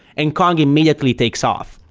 and kong immediately takes off.